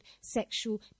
sexual